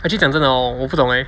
actually 讲真的 hor 我不懂 leh